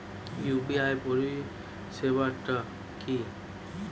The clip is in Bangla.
ইউ.পি.আই পরিসেবাটা কি?